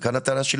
וכאן הטענה,